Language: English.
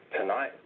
Tonight